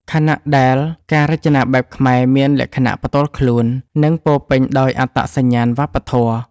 ខណៈដែលការរចនាបែបខ្មែរមានលក្ខណៈផ្ទាល់ខ្លួន និងពោរពេញដោយអត្តសញ្ញាណវប្បធម៌។